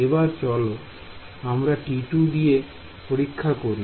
এবার চলো আমরা T2 দিয়ে পরীক্ষা করি